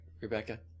rebecca